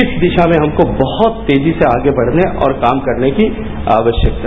इस दिशा में हमको बहुत तेजी से आगे बढ़ने की और काम करने की आवश्यकता है